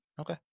Okay